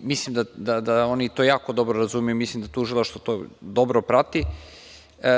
mislim da oni to jako dobro razumeju i mislim da Tužilaštvo to dobro prati,